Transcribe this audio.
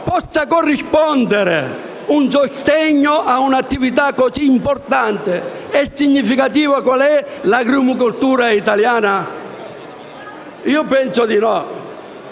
possa corrispondere al sostegno a un'attività così importante e significativa qual è l'agrumicoltura italiana. Io penso di no.